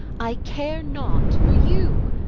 i care not for you,